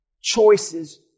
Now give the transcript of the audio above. choices